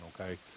okay